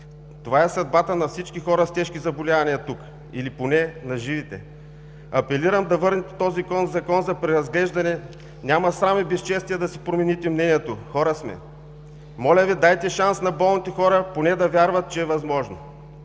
Това е съдбата на всички хора с тежки заболявания тук, или поне на живите. Апелирам да върнете този Закон за преразглеждане. Няма срам и безчестие да си промените мнението. Хора сме! Моля Ви, дайте шанс на болните хора поне да вярват, че е възможно.